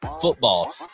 Football